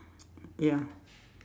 ya